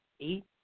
eight